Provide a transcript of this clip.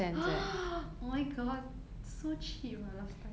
oh my god so cheap ah last time